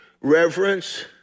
reverence